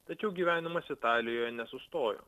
tačiau gyvenimas italijoje nesustojo